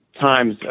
times